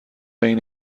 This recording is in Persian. این